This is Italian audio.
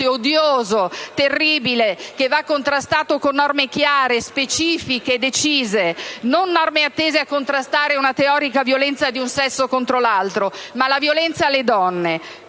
odioso, terribile che va contrastato con norme chiare, specifiche e decise: non norme tese a contrastare una teorica violenza di un sesso contro l'altro, ma la violenza alle donne.